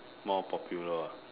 more popular ah